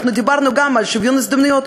אם אנחנו מדברים על שוויון הזדמנויות